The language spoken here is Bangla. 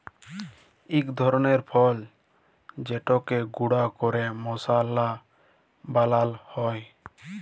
ইক ধরলের ফল যেটকে গুঁড়া ক্যরে মশলা বালাল হ্যয়